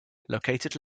located